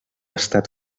estat